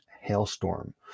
hailstorm